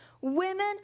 women